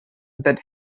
that